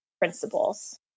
principles